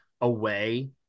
away